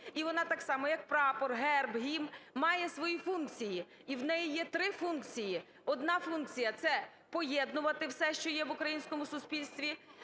і вона так само, як Прапор, Герб, Гімн, має свої функції. І в неї є три функції: одна функція – це поєднувати все, що є в українському суспільстві;